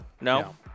No